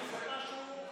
שזה משהו מדהים.